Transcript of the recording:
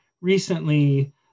recently